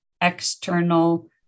external